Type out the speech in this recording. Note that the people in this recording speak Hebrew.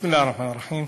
בסם אללה א-רחמאן א-רחים.